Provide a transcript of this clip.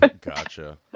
Gotcha